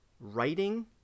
writing